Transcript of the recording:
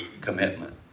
commitment